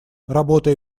работая